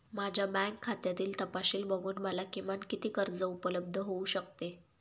माझ्या बँक खात्यातील तपशील बघून मला किमान किती कर्ज उपलब्ध होऊ शकते?